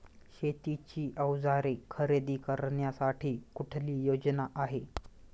शेतीची अवजारे खरेदी करण्यासाठी कुठली योजना आहे?